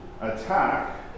attack